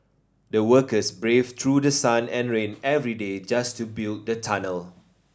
the workers braved through the sun and rain every day just to build the tunnel